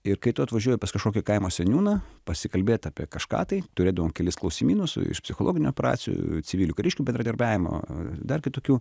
ir kai tu atvažiuoji pas kažkokį kaimo seniūną pasikalbėt apie kažką tai turėdavom kelis klausimynus iš psichologinių operacijų civilių kariškių bendradarbiavimo dar kitokių